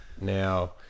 Now